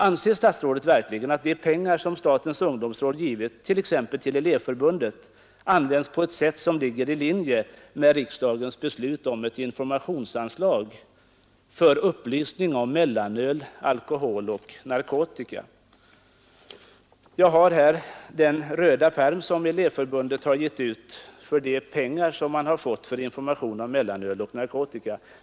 Anser statsrådet verkligen att de pengar som statens ungdomsråd givit åt t.ex. Elevförbundet används på ett sätt som ligger i linje med riksdagens beslut om ett informationsanslag för upplysning om mellanöl, alkohol och narkotika? Jag har här den röda pärm som Elevförbundet gett ut för de pengar man har fått till information om mellanöl och narkotika.